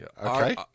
Okay